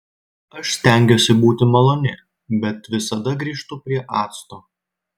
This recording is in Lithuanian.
aš stengiuosi būti maloni bet visada grįžtu prie acto